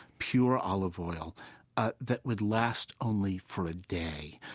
pure olive oil that would last only for a day.